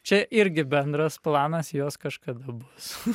čia irgi bendras planas jos kažkada bus